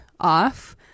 off